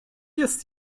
jest